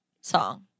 song